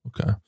okay